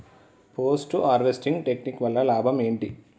Post harvesting technique వల్ల లాభం ఏంటి?